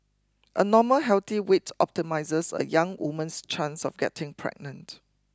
a normal healthy weight optimises a young woman's chance of getting pregnant